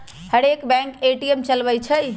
हरेक bank ATM चलबइ छइ